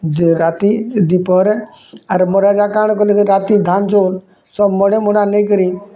ଯେ ରାତି ଦୁଇ ପହରେ ଆର୍ ମୋର ରାଜା କାଣା କଲି ରାତି ଧାନ୍ ଚୋଲ୍ ସବ୍ ମୋଡ଼ି ମୁଡ଼ା ନେଇକିରି